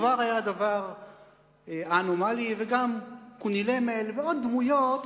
כבר היה דבר אנומלי, וגם קונילמל, ועוד דמויות